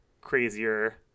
crazier